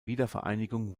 wiedervereinigung